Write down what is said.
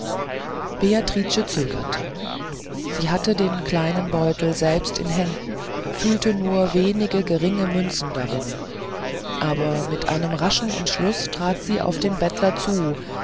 beatrice zögerte sie hatte den kleinen beutel selbst in händen und fühlte nur wenige geringe münzen darin aber mit einem raschen entschluß trat sie auf den bettler zu